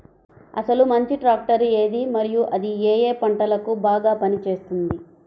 అసలు మంచి ట్రాక్టర్ ఏది మరియు అది ఏ ఏ పంటలకు బాగా పని చేస్తుంది?